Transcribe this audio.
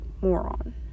moron